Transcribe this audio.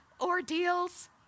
ordeals